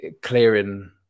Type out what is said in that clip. clearing